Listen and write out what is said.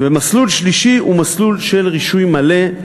מסלול שלישי הוא מסלול של רישוי מלא,